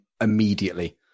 immediately